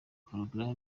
porogaramu